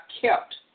kept